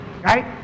Right